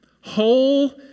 Whole